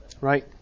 Right